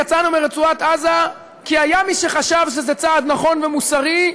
יצאנו מרצועת עזה כי היה מי שחשב שזה צעד נכון ומוסרי,